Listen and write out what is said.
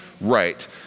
right